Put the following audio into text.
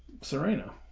Serena